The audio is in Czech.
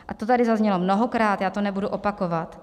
A to tady zaznělo mnohokrát, já to nebudu opakovat.